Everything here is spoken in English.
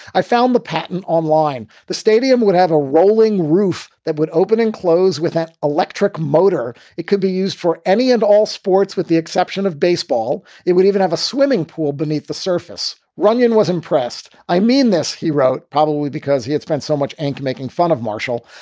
i found the patent online. the stadium would have a rolling roof that would open and close with an electric motor. it could be used for any and all sports with the exception of baseball. it would even have a swimming pool beneath the surface. runyan was impressed. i mean this, he wrote. probably because he had spent so much ink making fun of marshall.